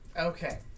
Okay